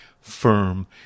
firm